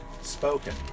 spoken